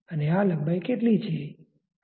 અને આ લંબાઈ કેટલી છે